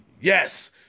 Yes